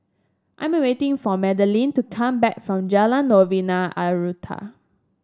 I'm waiting for Madilynn to come back from Jalan Novena Utara